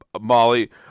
Molly